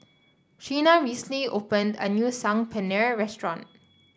Sheena recently opened a new Saag Paneer Restaurant